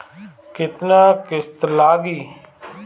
केतना किस्त लागी?